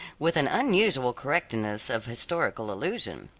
with an unusual correctness of historical allusion.